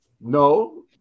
no